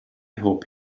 hope